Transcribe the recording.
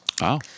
Wow